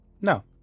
No